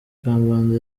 kambanda